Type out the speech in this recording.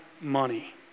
money